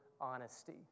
honesty